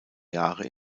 jahre